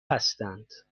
هستند